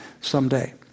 someday